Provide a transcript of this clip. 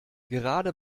gerade